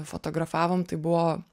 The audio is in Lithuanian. fotografavom tai buvo